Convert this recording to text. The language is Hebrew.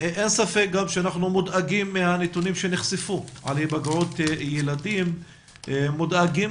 אין ספק שאנחנו מודאגים מהנתונים שנחשפו על היפגעות ילדים ומודאגים